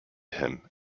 him